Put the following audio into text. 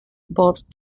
both